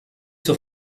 zur